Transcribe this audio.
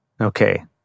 Okay